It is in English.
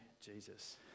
Jesus